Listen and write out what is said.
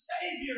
Savior